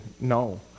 no